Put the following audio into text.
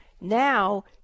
Now